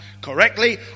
correctly